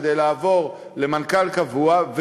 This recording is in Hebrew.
כדי לעבור למנכ"ל קבוע,